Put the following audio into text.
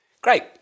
Great